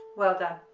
well done,